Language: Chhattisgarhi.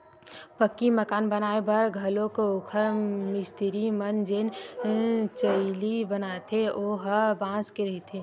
पक्की मकान बनाए बर घलोक ओखर मिस्तिरी मन जेन चइली बनाथे ओ ह बांस के रहिथे